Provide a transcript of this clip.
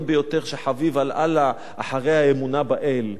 ביותר שחביב על אללה אחרי האמונה באל.